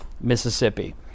Mississippi